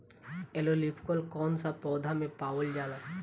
Yellow leaf curl कौन सा पौधा में पावल जाला?